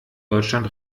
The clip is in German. deutschland